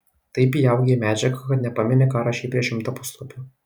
taip įaugi į medžiagą kad nepameni ką rašei prieš šimtą puslapių